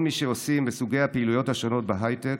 כל מי שעושים בסוגי הפעילויות השונות בהייטק,